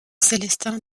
célestin